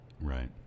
Right